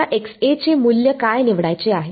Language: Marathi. तर मलाचे मूल्य काय निवडायचे आहे